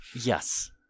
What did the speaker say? Yes